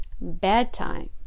bedtime